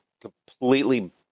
completely